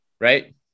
right